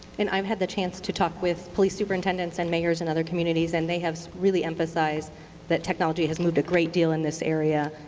um had the chance to talk with police superintendents and mayors in other communities, and they have really emphasized that technology has moved a great deal in this area,